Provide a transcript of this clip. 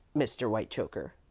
mr. whitechoker,